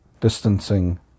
distancing